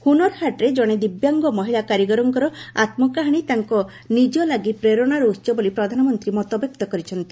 ହୁନରହାଟ୍ରେ କଣେ ଦିବ୍ୟାଙ୍ଗ ମହିଳା କାରିଗରଙ୍କର ଆତ୍କକାହାଣୀ ତାଙ୍କ ନିଜ ଲାଗି ଏକ ପ୍ରେରଣାର ଉହ ବୋଲି ପ୍ରଧାନମନ୍ତ୍ରୀ ମତବ୍ୟକ୍ତ କରିଛନ୍ତି